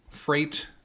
freight